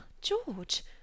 George